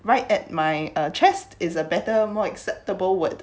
right at my chest is a better more acceptable word